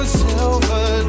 silver